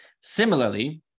similarly